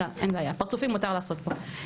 גם, אין בעיה, פרצופים מותר לעשות פה.